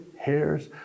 hairs